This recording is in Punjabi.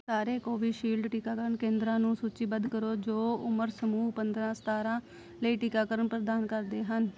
ਸਾਰੇ ਕੋਵਿਸ਼ਿਲਡ ਟੀਕਾਕਰਨ ਕੇਂਦਰਾਂ ਨੂੰ ਸੂਚੀਬੱਧ ਕਰੋ ਜੋ ਉਮਰ ਸਮੂਹ ਪੰਦਰਾਂ ਸਤਾਰਾਂ ਲਈ ਟੀਕਾਕਰਨ ਪ੍ਰਦਾਨ ਕਰਦੇ ਹਨ